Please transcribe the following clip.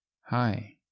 Hi